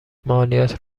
مالیات